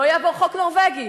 לא יעבור החוק הנורבגי.